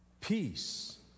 peace